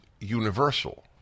universal